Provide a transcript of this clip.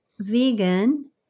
Vegan